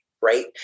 right